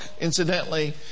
incidentally